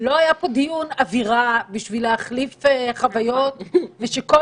לא היה פה דיון אווירה בשביל להחליף חוויות ושכל